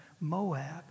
Moab